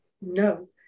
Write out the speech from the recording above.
No